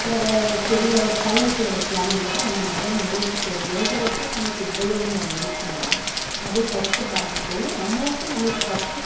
இல்லை வ பெரிய டவுன்குள்ளே வைக்கலாமாங்கிறத நம்ம முதல்ல யோசிக்கணும் எங்கள் வச்சால் நம்மளுக்கு உபயோகமா இருக்குமோ அதை ஃபஸ்ட்டு பார்த்துக்கோணும் அமௌண்ட்டும் நம்மளுக்கு ஃபஸ்ட்டு